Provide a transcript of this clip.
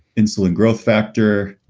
insulin growth factor,